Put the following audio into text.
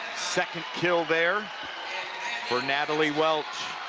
second kill there for natalie welch.